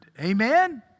Amen